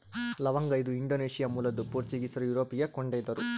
ಲವಂಗ ಇದು ಇಂಡೋನೇಷ್ಯಾ ಮೂಲದ್ದು ಪೋರ್ಚುಗೀಸರು ಯುರೋಪಿಗೆ ಕೊಂಡೊಯ್ದರು